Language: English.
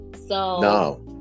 No